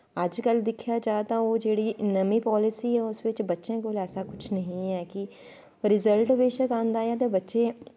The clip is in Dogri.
अजकल दिक्खेआ जा ओह् जेह्ड़ी नमीं पालिसी ऐ उस बिच्च बच्चें कोल कुछ ऐसा नी ऐ कि रिज़ल्ट बेशक्क आंदा ऐ ते बच्चे